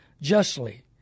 justly